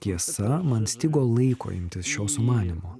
tiesa man stigo laiko imtis šio sumanymo